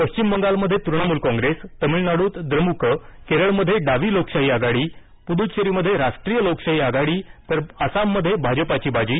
पश्चिम बंगालमधे तृणमूल काँग्रेस तमिळनाडूत द्रमुक केरळमधे डावी लोकशाही आघाडी पुद्च्चेरीमधे राष्ट्रीय लोकशाही आघाडी तर आसाममधे भाजपाची बाजी